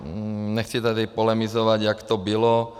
Nechci tady polemizovat, jak to bylo.